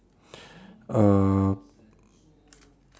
uh